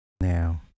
Now